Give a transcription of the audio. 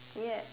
ya